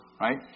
right